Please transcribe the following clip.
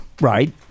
right